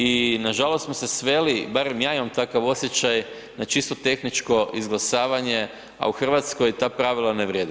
I nažalost smo se sveli, barem ja imam takav osjećaj na čisto tehničko izglasavanje, a u Hrvatskoj ta pravila ne vrijede.